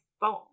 phone